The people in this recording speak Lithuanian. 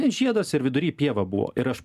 žiedas ir vidury pieva buvo ir aš